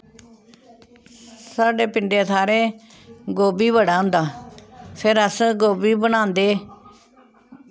साढ़े पिंडें थाह्रें गोभी बड़ा होंदा फिर अस गोभी बनांदे